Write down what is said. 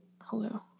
hello